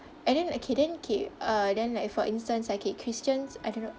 and then okay then okay uh then like for instance okay christians I don't know